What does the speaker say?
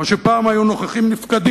כמו שפעם היו נוכחים-נפקדים,